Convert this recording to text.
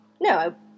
No